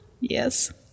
Yes